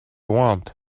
want